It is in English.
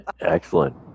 Excellent